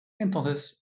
Entonces